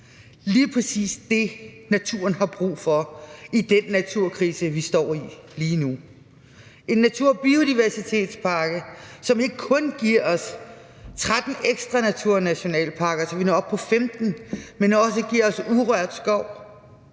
lige præcis det, naturen har brug for i den naturkrise, vi står i lige nu. En natur- og biodiversitetspakke, som ikke kun giver os 13 ekstra naturnationalparker, så vi når op på 15, men også giver os urørt skov